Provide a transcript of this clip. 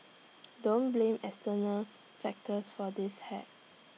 don't blame external factors for this hack